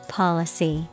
policy